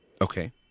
Okay